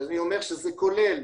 שזה כולל